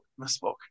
misspoke